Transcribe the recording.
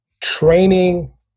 Training